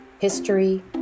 history